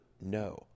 no